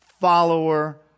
follower